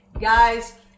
Guys